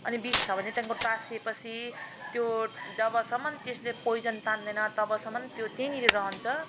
अनि बिस छ भने त्यहाँको टाँसिए पछि जबसम्म त्यसले पोइजन तान्दैन तबसम्म त्यो त्यहाँनेरि रहन्छ